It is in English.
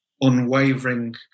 unwavering